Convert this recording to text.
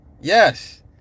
Yes